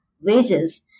wages